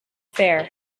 fair